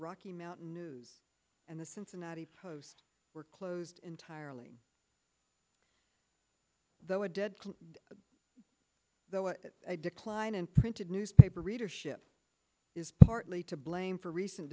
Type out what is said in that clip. rocky mountain news and the cincinnati post were closed entirely though a dead though a decline in printed newspaper readership is partly to blame for recent